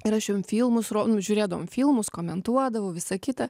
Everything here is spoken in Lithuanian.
ir aš jom filmus ro nu žiūrėdavom filmus komentuodavau visa kita